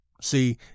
See